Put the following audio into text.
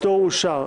הפטור אושר.